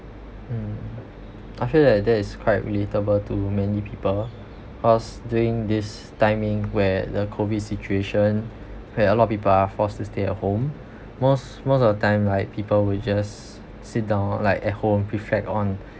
mm I feel that that is quite relatable to many people cause during this timing where the COVID situation where a lot people are forced to stay at home most most of the time like people will just sit down like at home reflect on